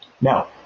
now